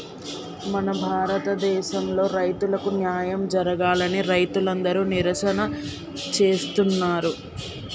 మన భారతదేసంలో రైతులకు న్యాయం జరగాలని రైతులందరు నిరసన చేస్తున్నరు